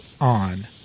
on